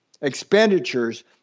expenditures